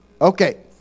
Okay